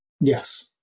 Yes